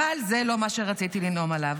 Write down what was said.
אבל זה לא מה שרציתי לנאום עליו.